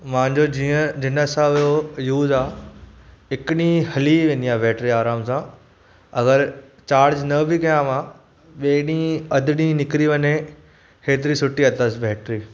मुंहिंजो जीअं जिन हिसाब जो यूस आहे हिकु ॾींहुं हली वेन्दी आहे बैटरी आराम सां अगरि चार्ज न बि कयां मां ॿिए ॾींहुं अधु ॾींहुं निकिरी वञे एतिरी सुठी अथसि बैटरी